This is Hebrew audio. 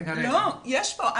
לא, יש פה.